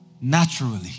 Naturally